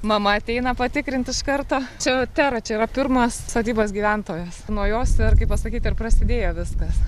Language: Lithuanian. mama ateina patikrint iš karto čia tera čia yra pirmas sodybos gyventojas nuo jos kaip pasakyt ir prasidėjo viskas